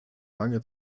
lange